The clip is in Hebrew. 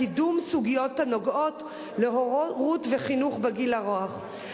לקידום סוגיות הנוגעות להורות ולחינוך בגיל הרך.